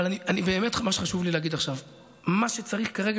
אבל באמת מה שחשוב לי להגיד עכשיו הוא שמה שצריך כרגע,